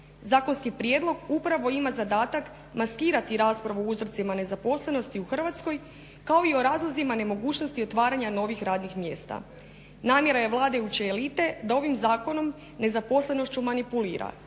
Zakonski prijedlog upravo ima zadatak maskirati raspravu o uzrocima nezaposlenosti u Hrvatskoj kao i o razlozima nemogućnosti otvaranja novih radnih mjesta. Namjera je vladajuće elite da ovim zakonom nezaposlenošću manipulira,